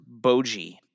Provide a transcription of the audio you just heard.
Boji